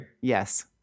Yes